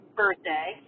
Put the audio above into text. birthday